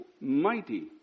mighty